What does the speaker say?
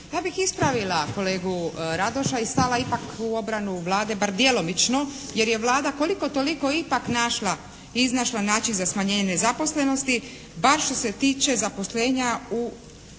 Ja bih ispravila kolegu Radoša i stala ipak u obranu Vlade bar djelomično jer je Vlada koliko toliko ipak iznašla način za smanjenje nezaposlenosti bar što se tiče zaposlenja u državnom